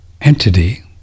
entity